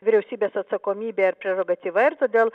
vyriausybės atsakomybė ir prerogatyva ir todėl